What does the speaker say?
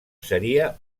seria